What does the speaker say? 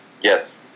Yes